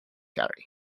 carry